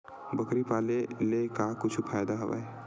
बकरी पाले ले का कुछु फ़ायदा हवय?